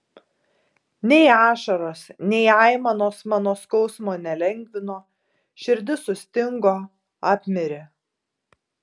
nei ašaros nei aimanos mano skausmo nelengvino širdis sustingo apmirė